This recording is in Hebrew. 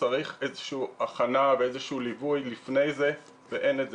צריך איזשהם הכנה וליווי לפני זה ואין את זה,